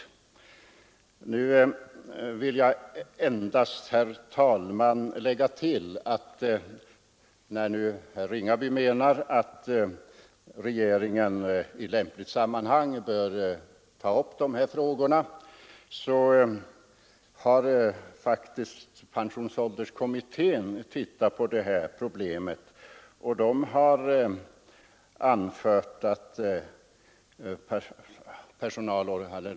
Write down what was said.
Jag vill nu endast, herr talman, med anledning av att herr Ringaby kräver att regeringen i lämpligt sammanhang skall ta upp de här frågorna, tillägga att pensionsåldersk ommittén faktiskt har gått in på detta problem.